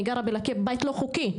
אני גרה בבית לא חוקי,